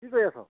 কি কৰি আছ